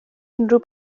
unrhyw